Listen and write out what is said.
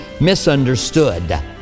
misunderstood